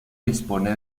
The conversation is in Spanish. dispone